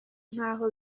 nkaho